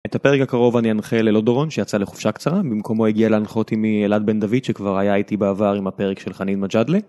את הפרק הקרוב אני אנחה ללא דורון, שיצא לחופשה קצרה. במקומו הגיע להנחות עמי אלעד בן דוד שכבר היה איתי בעבר עם הפרק של חנין מג'דלה.